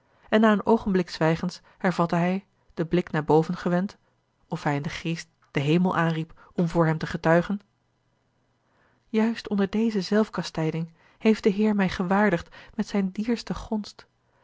en na een oogenblik zwijgens hervatte hij den blik naar boven gewend of hij in den geest den hemel aanriep om voor hem te getuigen juist onder deze zelfkastijding heeft de heer mij gewaardigd met zijne dierste gonst